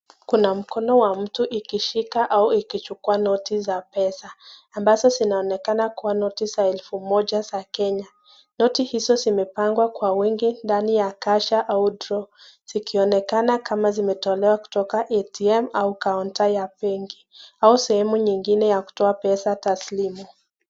Kuna mkono ya mtu ikishika au ikichukua noti za pesa, ambazo zinaonekana kuwa noti za elfu moja za kenya. Noti hizo zimepangwa kwa wingi ndani ya bahasha au draw zikionekana kama zimetolewa kutoka ATM au kaunta ya benki au sehemu nyingine ya kutoa pesa taslimu.